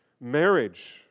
marriage